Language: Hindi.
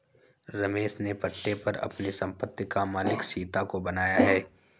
रमेश ने पट्टे पर अपनी संपत्ति का मालिक सीता को बनाया है